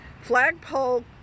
Flagpole